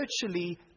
virtually